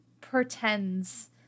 pretends